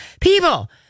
people